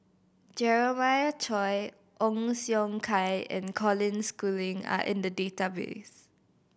Jeremiah Choy Ong Siong Kai and Colin Schooling are in the database